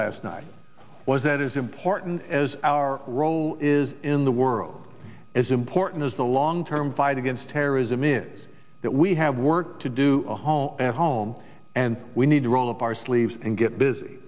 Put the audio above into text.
last night was that as important as our role is in the world as important as the long term fight against terrorism is that we have work to do a home at home and we need to roll up our sleeves and get busy